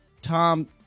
Tom